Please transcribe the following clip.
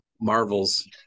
Marvels